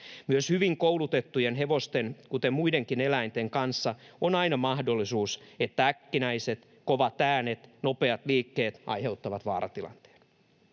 Myös hyvin koulutettujen hevosten kuten muidenkin eläinten kanssa on aina mahdollisuus, että äkkinäiset, kovat äänet ja nopeat liikkeet aiheuttavat vaaratilanteen.